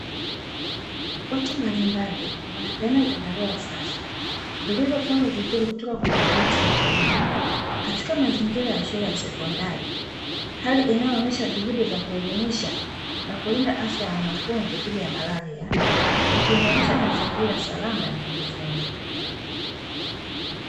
Watu mbalimbali wanapeana vyandarua safi, vilivyofungwa vizuri kutoka kwenye maboksi maalumu, katika mazingira ya shule ya sekondari, hali inayoonesha juhudi za kuelimisha na kulinda afya ya wanafunzi dhidi ya malaria, kwa kuimarisha mazingira salama ya kujifunza.